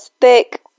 thick